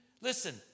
listen